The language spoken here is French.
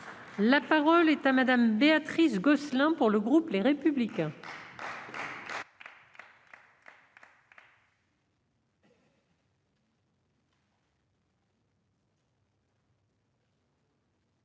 La parole est à Mme Béatrice Gosselin, pour le groupe Les Républicains.